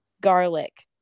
garlic